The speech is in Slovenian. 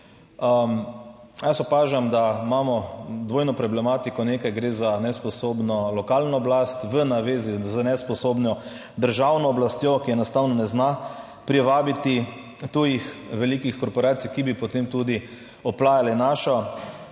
Jaz opažam, da imamo dvojno problematiko, nekaj gre za nesposobno lokalno oblast v navezi z nesposobno državno oblastjo, ki enostavno ne zna privabiti tujih velikih korporacij, ki bi potem tudi oplajale našo